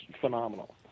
phenomenal